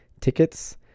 Tickets